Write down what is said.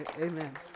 amen